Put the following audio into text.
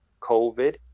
COVID